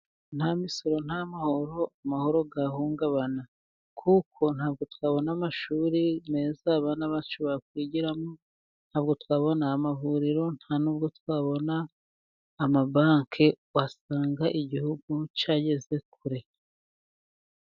Nta misoro nta mahoro, amahoro yahungabana kuko ntabwo twabona amashuri meza abana bacu bakwigiramo, ntabwo twabona amavuriro nta n'ubwo twabona amabanki, wasanga igihugu cyarageze kure.